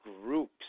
groups